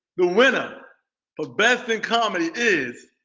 the winner for best in comedy is,